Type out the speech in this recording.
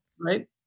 Right